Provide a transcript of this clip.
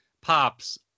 Pops